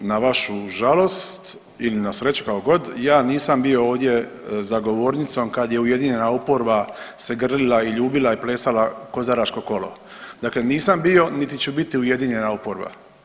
Na vašu žalost ili na sreću kakogod ja nisam bio ovdje za govornicom kada je ujedinjena oporba se grlila i ljubila i plesala kozaračko kolo, dakle nisam bio niti ću biti ujedinjena oporba.